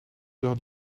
heures